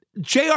JR